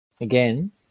Again